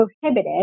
prohibited